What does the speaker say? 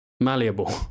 malleable